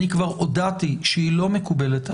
אני כבר הודעתי שהיא לא מקובלת עליי.